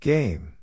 Game